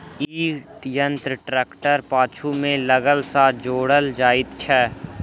ई यंत्र ट्रेक्टरक पाछू मे अलग सॅ जोड़ल जाइत छै